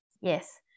Yes